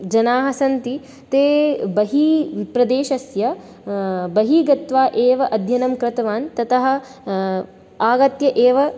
जनाः सन्ति ते बहिः प्रदेशस्य बहिः गत्वा एव अध्ययनं कृतवान् ततः आगत्य एव